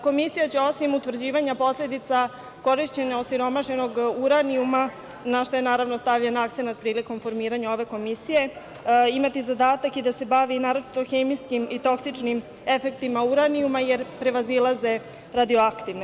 Komisija će, osim utvrđivanja posledica korišćenja osiromašenog uranijuma, na šta je, naravno, stavljen akcenat prilikom formiranja ove komisije, imati zadatak i da se bavi naročito hemijskim i toksičnim efektima uranijuma, jer prevazilaze radioaktivne.